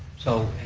so,